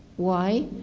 why?